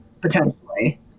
Potentially